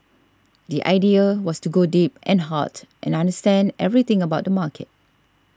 the idea was to go deep and hard and understand everything about the market